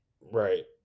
right